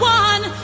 one